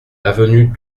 avenue